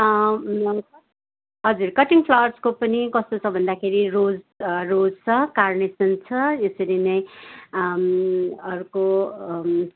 हजुर कटिङ फ्लावर्सको पनि कस्तो छ भन्दाखेरि रोस रोस छ कार्नेसन छ यसरी नै अर्को